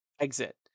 exit